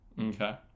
Okay